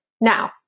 Now